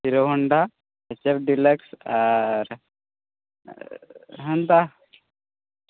hero Honda deluxe ହେନ୍ତା